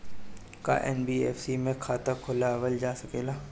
का एन.बी.एफ.सी में खाता खोलवाईल जा सकेला?